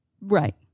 Right